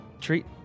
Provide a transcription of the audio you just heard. treat